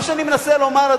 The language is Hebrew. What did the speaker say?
מה שאני מנסה לומר,